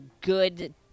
good